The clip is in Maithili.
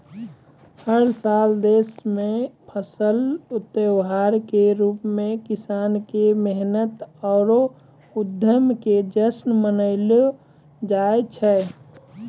हर साल देश मॅ फसल त्योहार के रूप मॅ किसान के मेहनत आरो उद्यम के जश्न मनैलो जाय छै